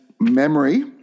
memory